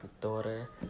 daughter